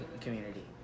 community